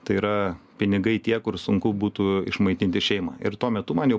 tai yra pinigai tie kur sunku būtų išmaitinti šeimą ir tuo metu man jau